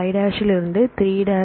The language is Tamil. ல் இருந்து 3 3